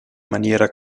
maniera